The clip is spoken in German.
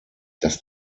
dass